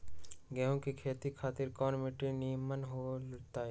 गेंहू की खेती खातिर कौन मिट्टी निमन हो ताई?